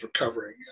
recovering